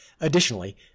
Additionally